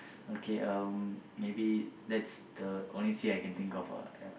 okay um maybe that's the only three I can think of lah ya